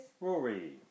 Rory